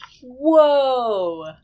Whoa